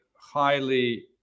highly